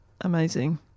amazing